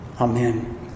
Amen